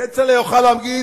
כצל'ה יוכל להגיד: